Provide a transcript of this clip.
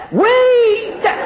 wait